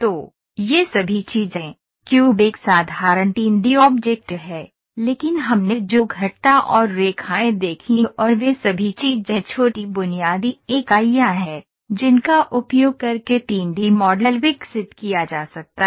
तो ये सभी चीजें क्यूब एक साधारण 3 डी ऑब्जेक्ट है लेकिन हमने जो घटता और रेखाएं देखीं और वे सभी चीजें छोटी बुनियादी इकाइयां हैं जिनका उपयोग करके 3 डी मॉडल विकसित किया जा सकता है